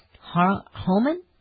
Homan